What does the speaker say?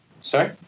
sorry